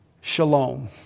shalom